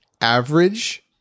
Average